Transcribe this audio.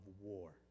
war